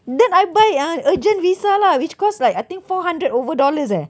then I buy ah urgent visa lah which cost like I think four hundred over dollars eh